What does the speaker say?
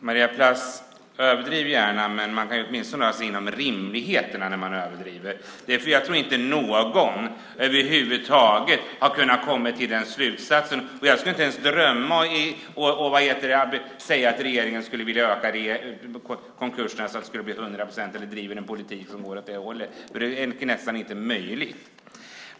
Fru talman! Överdriv gärna, Maria Plass, men rör dig åtminstone inom rimlighetens gräns när du överdriver! Jag tror inte att någon över huvud taget har kunnat komma till samma slutsats. Jag skulle inte ens drömma om att säga att regeringen driver en politik där man vill öka konkurserna till 100 procent. Det är nästan inte möjligt.